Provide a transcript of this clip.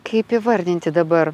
kaip įvardinti dabar